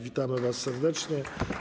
Witamy was serdecznie.